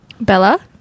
Bella